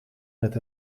met